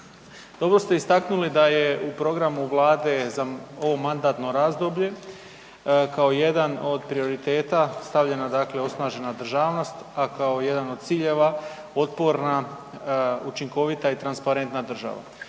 Dobro ste istaknuli da je u programu Vlade za ovo mandatno razdoblje kao jedan od prioriteta stavljeno dakle osnažena državnost a kao jedan od ciljeva, potporna, učinkovita i transparentna država.